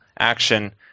action